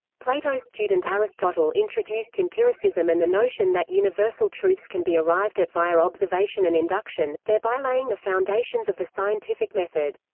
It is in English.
plato's student aristotle introduced empiricism and the notion that universal truths can be arrived at via observation and induction, thereby laying the foundations of the scientific method.